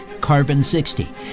carbon-60